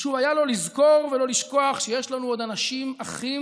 חשוב היה לו לזכור ולא לשכוח שיש לנו עוד אנשים אחים,